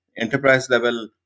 enterprise-level